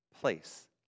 place